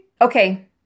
okay